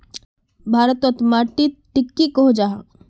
भारत तोत माटित टिक की कोहो जाहा?